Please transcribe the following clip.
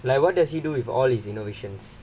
like what does he do with all his innovations